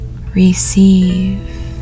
receive